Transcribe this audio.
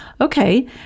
Okay